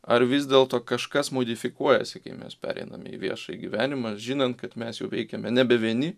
ar vis dėlto kažkas modifikuojasi kai mes pereiname į viešą gyvenimą žinant kad mes jau veikiame nebe vieni